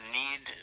need